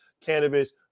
cannabis